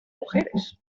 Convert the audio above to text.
mujeres